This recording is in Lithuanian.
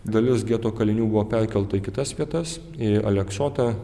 dalis geto kalinių buvo perkelta į kitas vietas į aleksotą